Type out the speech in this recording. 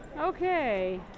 Okay